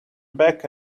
back